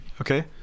okay